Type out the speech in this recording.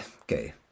okay